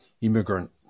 immigrant